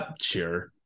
sure